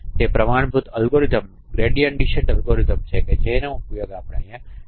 તે પ્રમાણભૂત અલ્ગોરિધમનો ગ્રેડીયંટ ડીસ્ંટ અલ્ગોરિધમ છે જેનો ઉપયોગ આપણે અહીં કરી શકીએ